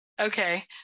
Okay